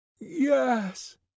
Yes